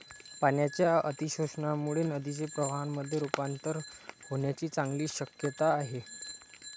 पाण्याच्या अतिशोषणामुळे नदीचे प्रवाहामध्ये रुपांतर होण्याची चांगली शक्यता आहे